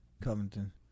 Covington